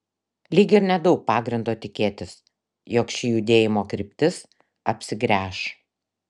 lyg ir nedaug pagrindo tikėtis jog ši judėjimo kryptis apsigręš